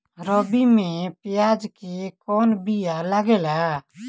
रबी में प्याज के कौन बीया लागेला?